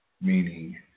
meaning